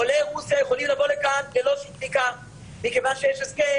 אולי רוסיה יכולים לבוא לכאן ללא שום בדיקה מכיוון שיש הסכם